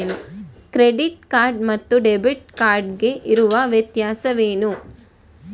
Credit card ಮತ್ತು debit card ಗೆ ಇರುವ ವ್ಯತ್ಯಾಸವೇನು?